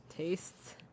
Tastes